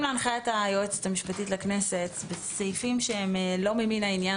להנחיית היועצת המשפטית לכנסת: סעיפים שהם לא ממין העניין